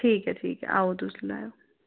ठीक ऐ ठीक ऐ आओ तुस माराज